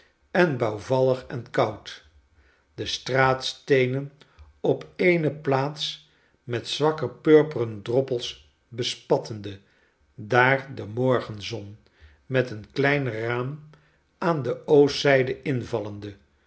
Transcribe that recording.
en bouwvallig en koud de straatsteenen op eene plaats met zwakke purperen droppels bespattende daar de morgenzon door een klein raam aan de oostzyde invallende